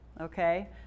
Okay